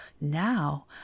now